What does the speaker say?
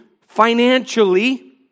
financially